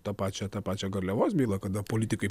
tą pačią tą pačią garliavos bylą kada politikai